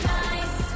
nice